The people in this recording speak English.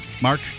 Mark